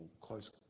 close